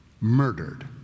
Murdered